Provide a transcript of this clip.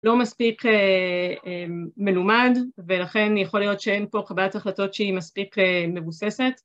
לא מספיק מלומד ולכן יכול להיות שאין פה קבלת החלטות שהיא מספיק מבוססת